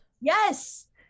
Yes